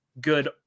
good